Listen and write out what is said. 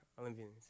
Olympians